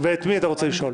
ואת מי אתה רוצה לשאול.